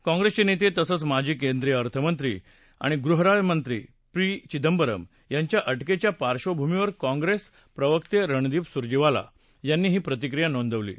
काँग्रेस नेते तसंच माजी केंद्रीय अर्थ आणि गृहमंत्री पी चिदंबरम यांच्या अटकेच्या पार्श्वभूमीवर काँग्रेस प्रवक्ते रणदीप सुरजेवाला यांनी ही प्रतिक्रिया नोंदवली आहे